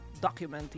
documenting